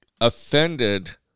offended